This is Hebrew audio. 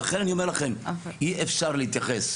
לכן אני אומר לכם, אי אפשר להתייחס